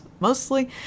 mostly